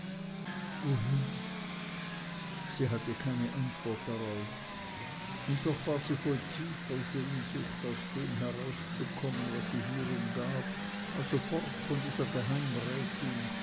wohin sie hatte keine antwort darauf und doch war sie voll tiefer sehnsucht aus dem herauszukommen was sie hier umgab also fort von dieser